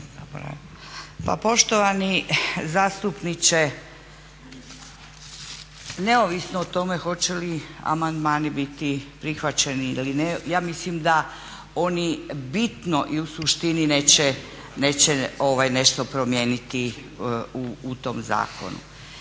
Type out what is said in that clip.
Pa poštovani zastupniče, neovisno o tome hoće li amandmani biti prihvaćeni ili ne, ja mislim da oni bitno i u suštini neće nešto promijeniti u tom zakonu.